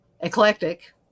eclectic